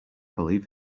believe